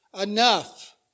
enough